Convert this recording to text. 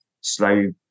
slow